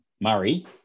Murray